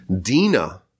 Dina